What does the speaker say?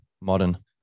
modern